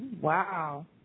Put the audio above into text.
Wow